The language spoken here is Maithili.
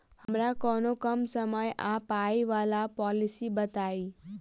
हमरा कोनो कम समय आ पाई वला पोलिसी बताई?